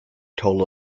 total